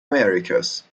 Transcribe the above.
americas